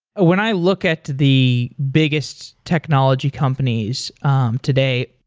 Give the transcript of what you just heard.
when i look at the biggest technology companies um today,